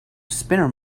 spinner